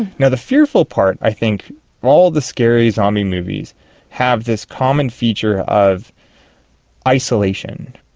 you know the fearful part, i think all the scary zombie movies have this common feature of isolation.